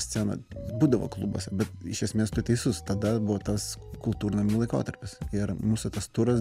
scena būdavo klubuose bet iš esmės tu teisus tada buvo tas kultūrnamių laikotarpis ir mūsų tas turas